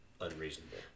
unreasonable